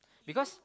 because